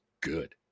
good